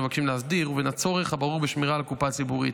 מבקשים להסדיר ובין הצורך הברור בשמירה על הקופה הציבורית.